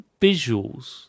visuals